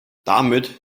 damit